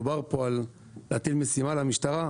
דובר פה על להטיל משימה על המשטרה.